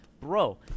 Bro